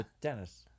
Dennis